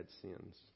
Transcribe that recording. sins